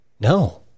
No